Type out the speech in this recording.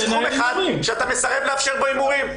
יש תחום אחד שאתה מסרב לאפשר בו הימורים,